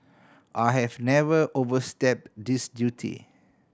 I have never overstep this duty